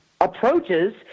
approaches